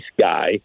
guy